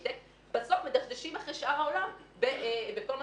בסוף מדשדשים אחרי שאר העולם בכל מה